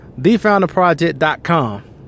Thefounderproject.com